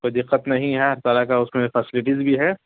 کوئی دقت نہیں ہے ہر طرح کا اس میں فیسلٹیز بھی ہے